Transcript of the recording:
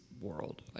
world